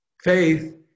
Faith